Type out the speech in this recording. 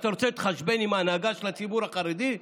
אתה רוצה להתחשבן עם ההנהגה של הציבור החרדי?